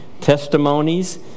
testimonies